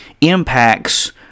impacts